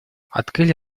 открыли